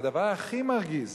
והדבר הכי מרגיז,